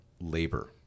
labor